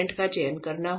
का चयन करना होगा